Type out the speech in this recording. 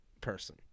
person